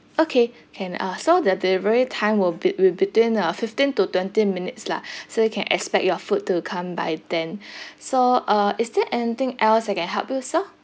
okay can uh so the delivery time will be will between uh fifteen to twenty minutes lah so you can expect your food to come by then so uh is there anything else I can help you sir